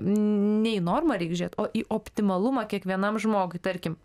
ne į normą reik žiūrėt o į optimalumą kiekvienam žmogui tarkim